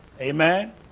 Amen